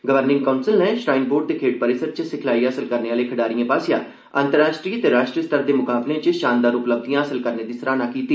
governing council नै shrine board दे खेड्ढ परिसर च सिखलाई हासल करने आहले खड्ढारिएं आसेआ अंतर्राष्ट्री ते राश्ट्री स्तर दे मुकाबलें च शानदार उपलब्धियां हासल करने दी सराहना कीती